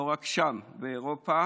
לא רק שם באירופה